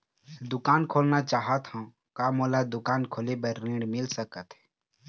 दुकान खोलना चाहत हाव, का मोला दुकान खोले बर ऋण मिल सकत हे?